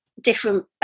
different